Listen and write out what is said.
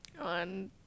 On